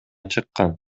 чыккан